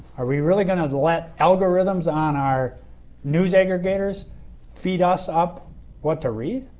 are we really going to to let algorithms on our news aggregators feed us up what to feed?